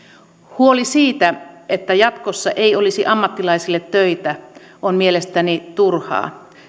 huoli siitä että jatkossa ei olisi ammattilaisille töitä on mielestäni turhaa